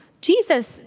Jesus